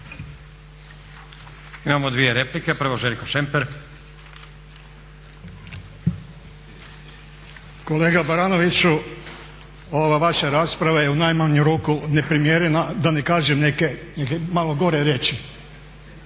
Imamo dvije replike, prvo Željko Šemper. **Šemper, Željko (HSU)** Kolega Baranoviću ova vaša rasprava je u najmanju ruku neprimjerena da ne kažem neke malo gore riječi